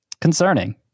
concerning